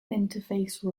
interface